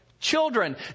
children